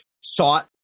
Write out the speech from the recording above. sought